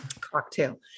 cocktail